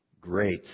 great